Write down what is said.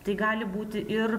tai gali būti ir